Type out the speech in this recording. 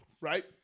right